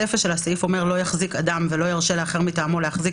אבל הסיפה של הסעיף אומרת: "לא יחזיק אדם ולא ירשה לאחר מטעמו להחזיק